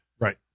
Right